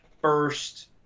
first